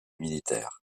militaires